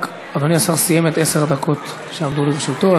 אדוני השר סיים את עשר הדקות שעמדו לרשותו,